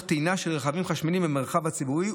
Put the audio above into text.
טעינה של רכבים חשמליים במרחב הציבורי,